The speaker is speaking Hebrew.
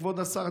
כבוד השר,